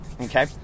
Okay